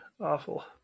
Awful